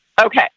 Okay